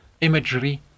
imagery